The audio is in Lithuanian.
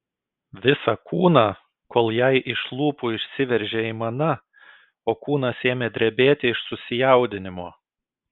visą kūną kol jai iš lūpų išsiveržė aimana o kūnas ėmė drebėti iš susijaudinimo